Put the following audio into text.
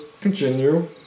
continue